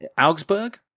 Augsburg